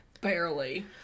Barely